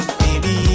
baby